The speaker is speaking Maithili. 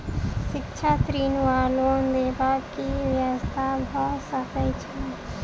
शिक्षा ऋण वा लोन देबाक की व्यवस्था भऽ सकै छै?